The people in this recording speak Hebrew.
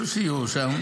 עשינו סיור שם.